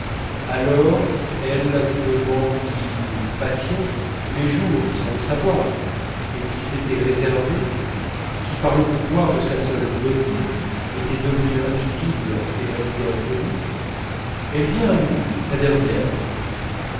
alors elle devant qui nous passions tous les jours sans le savoir et qui s'était réservée qui pour le pouvoir de sa seule beauté était devenue invisible et restée inconnue elle vient à nous la dernière